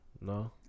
no